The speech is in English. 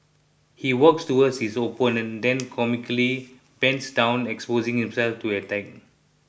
he walks towards his opponent then comically bends down exposing himself to attack